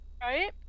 right